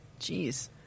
Jeez